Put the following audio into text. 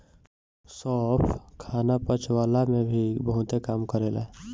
सौंफ खाना पचवला में भी बहुते काम करेला